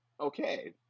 Okay